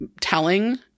telling